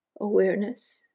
awareness